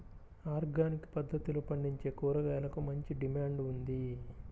organic పద్దతిలో పండించే కూరగాయలకు మంచి డిమాండ్ ఉంది